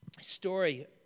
Story